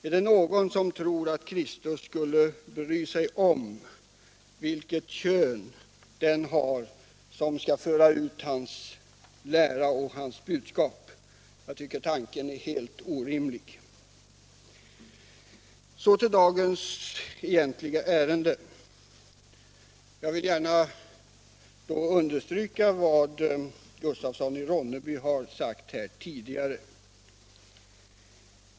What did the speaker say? Är det någon som tror att Kristus skulle bry sig om vilket kön den har som skall föra ut hans lära och budskap? Jag tycker tanken är helt orimlig. Så till dagens egentliga ärende. Jag vill gärna understryka vad herr Gustafsson i Ronneby tidigare har sagt.